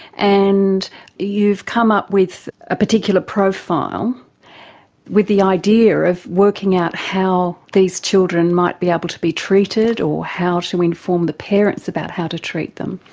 and you've come up with a particular profile with the idea of working out how these children might be able to be treated, or how to inform the parents about how to treat them.